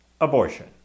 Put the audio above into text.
Abortion